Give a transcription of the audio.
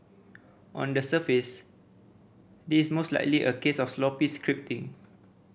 on the surface this most likely a case of sloppy scripting